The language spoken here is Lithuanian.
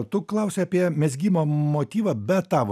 tu klausei apie mezgimo motyvą be tavo